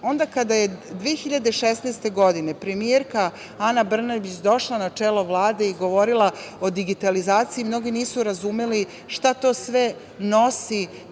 onda kada je 2016. godine premijerka Ana Brnabić došla na čelo Vlade i govorila o digitalizaciji mnogi nisu razumeli šta to sve nosi